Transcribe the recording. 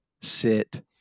sit